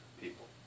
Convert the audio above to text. people